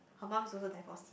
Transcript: her mum is also divorce